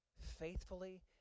faithfully